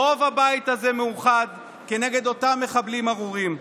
רוב הבית הזה מאוחד כנגד אותם מחבלים ארורים.